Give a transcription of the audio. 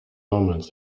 omens